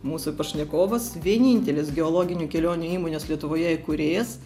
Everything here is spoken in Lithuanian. mūsų pašnekovas vienintelis geologinių kelionių įmonės lietuvoje įkūrėjas